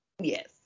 Yes